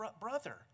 brother